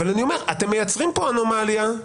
אתם מייצרים פה אנומליה.